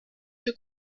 für